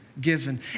given